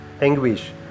Anguish